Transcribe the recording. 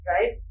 Right